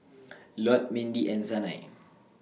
Lott Mindy and Sanai